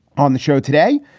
on the show today,